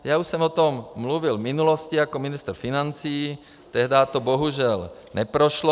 Já už jsem o tom mluvil v minulosti jako ministr financí, tehdy to bohužel neprošlo.